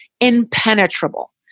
impenetrable